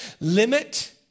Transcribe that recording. limit